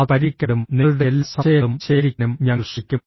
അത് പരിഹരിക്കപ്പെടും നിങ്ങളുടെ എല്ലാ സംശയങ്ങളും ശേഖരിക്കാനും ഞങ്ങൾ ശ്രമിക്കും